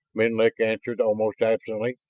menlik answered almost absently.